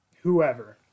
whoever